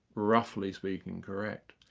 roughly speaking, correct.